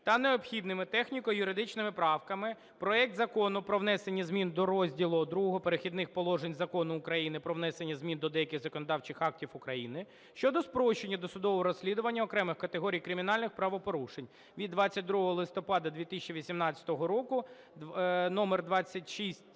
та необхідними техніко-юридичними правками проекту Закону про внесення змін до Розділу ІІ "Перехідних положень" Закону України "Про внесення змін до деяких законодавчих актів України щодо спрощення досудового розслідування окремих категорій кримінальних правопорушень" від 22 листопада 2018 року